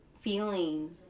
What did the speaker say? feeling